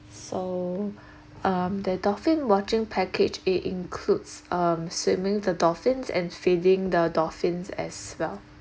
so um the dolphin watching package it includes um swimming the dolphins and feeding the dolphins as well